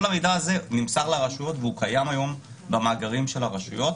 כל המידע הזה נמסר לרשויות והוא קיים היום במאגרים של הרשויות